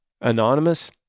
anonymous